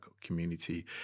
community